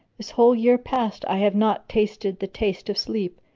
this whole year past i have not tasted the taste of sleep,